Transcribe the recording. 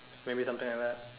maybe something like that